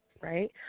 Right